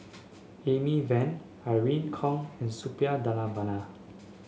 Amy Van Irene Khong and Suppiah Dhanabalan